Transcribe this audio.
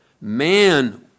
Man